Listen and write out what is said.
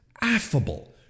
affable